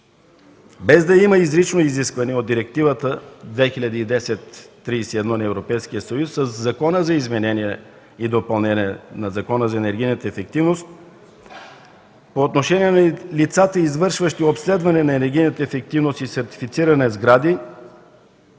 Без да има изрично изискване от Директива 2010/31 на Европейския съюз със Закона за изменение и допълнение на Закона за енергийната ефективност по отношение на лицата, извършващи обследванещи на енергийната ефективност и сертифициране на сгради